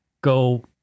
Go